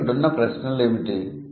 కాబట్టి ఇక్కడున్న ప్రశ్నలు ఏమిటి